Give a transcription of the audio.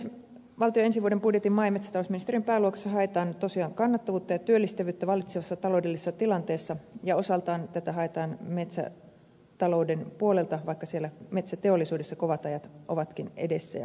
valtion ensi vuoden budjetin maa ja metsätalousministeriön pääluokassa haetaan tosiaan kannattavuutta ja työllistävyyttä vallitsevassa taloudellisessa tilanteessa ja osaltaan tätä haetaan metsätalouden puolelta vaikka siellä metsäteollisuudessa kovat ajat ovatkin edessä ja päällä